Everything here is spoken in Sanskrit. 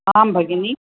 आम् भगिनी